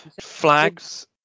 flags